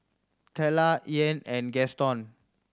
Teela Ian and Gaston